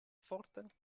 fortan